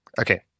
Okay